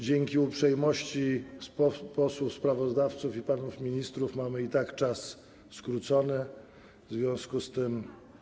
Dzięki uprzejmości posłów sprawozdawców i panów ministrów mamy i tak czas skrócony, w związku z czym.